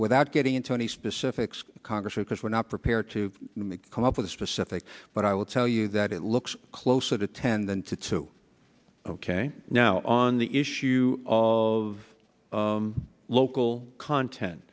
without getting into any specifics congress because we're not prepared to come up with a specific but i will tell you that it looks closer to ten than to two now on the issue of local content